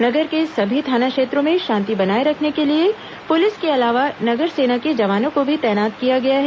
नगर के सभी थॉना क्षेत्रों में शांति बनाए रखने के लिए पुलिस के अलावा नगर सेना के जवानों को भी तैनात किया गया है